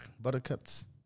buttercups